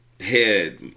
Head